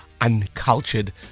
uncultured